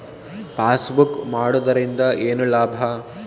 Passbook ಮಾಡುದರಿಂದ ಏನು ಲಾಭ?